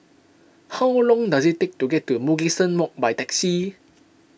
how long does it take to get to Mugliston Walk by taxi